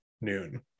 noon